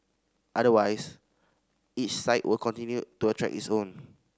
otherwise each site will continue to attract its own